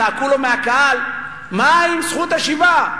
צעקו לו מהקהל: מה עם זכות השיבה?